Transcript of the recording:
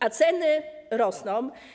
A ceny rosną.